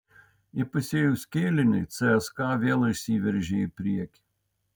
įpusėjus kėliniui cska vėl išsiveržė į priekį